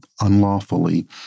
unlawfully